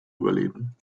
überleben